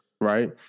right